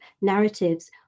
narratives